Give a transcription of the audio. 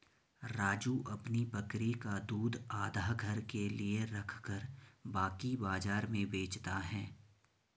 राजू अपनी बकरी का दूध आधा घर के लिए रखकर बाकी बाजार में बेचता हैं